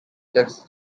tax